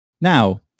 Now